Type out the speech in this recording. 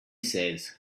says